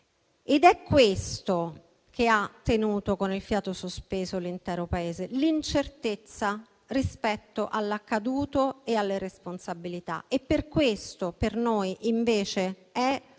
È questo che ha tenuto con il fiato sospeso l'intero Paese: l'incertezza rispetto all'accaduto e alle responsabilità. Per questo per noi, invece, è un onore